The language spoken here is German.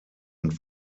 und